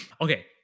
Okay